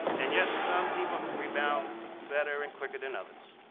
and yes, some people have rebounded better and quicker than others.